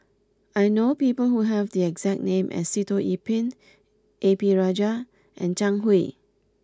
I know people who have the exact name as Sitoh Yih Pin A P Rajah and Zhang Hui